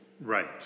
Right